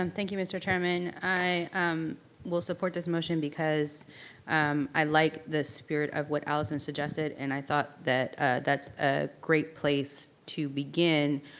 and thank you mr. chairman. i will support this motion because um i like the spirit of what alyson suggested and i thought that that's a great place to begin,